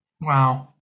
Wow